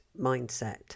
mindset